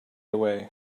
away